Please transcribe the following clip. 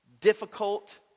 difficult